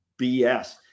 BS